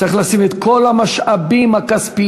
צריך להשיג את כל המשאבים הכספיים,